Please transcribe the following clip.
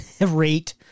Rate